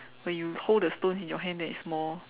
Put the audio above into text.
when you hold the stone in your hand then it's more